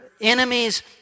enemies